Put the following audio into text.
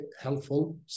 helpful